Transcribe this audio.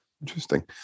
interesting